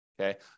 Okay